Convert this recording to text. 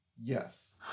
Yes